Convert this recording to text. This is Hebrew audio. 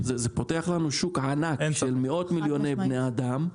פותח לנו שוק ענק של מאות מיליוני בני אדם,